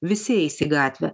visi eis į gatvę